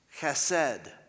Chesed